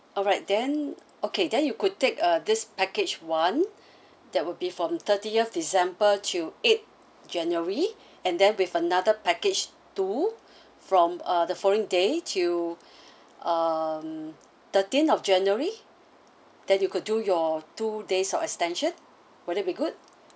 alright then okay then you could take uh this package one that would be from thirtieth december till eight january and then with another package two from uh the following day till um thirteen of january then you could do your two days of extension would that be good